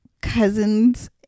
cousins